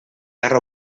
tard